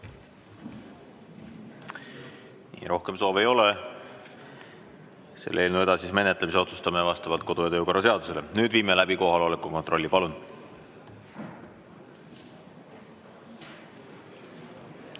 Rohkem soove ei ole. Selle eelnõu edasise menetlemise otsustame vastavalt kodu- ja töökorra seadusele. Nüüd viime läbi kohaloleku kontrolli. Palun!